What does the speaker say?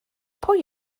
pwy